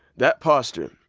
that posture,